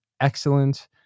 excellent